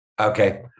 Okay